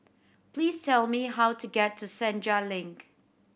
please tell me how to get to Senja Link